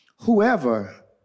whoever